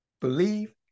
believe